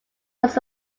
was